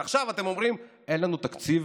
ועכשיו אתם אומרים: אין לנו תקציב